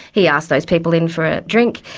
he asked those people in for a drink,